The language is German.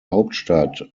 hauptstadt